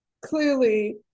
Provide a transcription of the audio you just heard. clearly